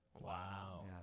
wow